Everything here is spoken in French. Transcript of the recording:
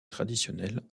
traditionnel